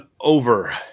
over